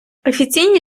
офіційні